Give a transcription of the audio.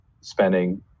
spending